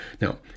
Now